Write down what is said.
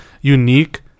unique